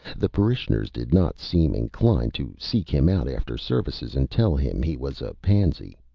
the parishioners did not seem inclined to seek him out after services and tell him he was a pansy.